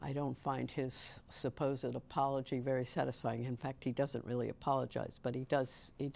i don't find his supposed that apology very satisfying in fact he doesn't really apologize but he does he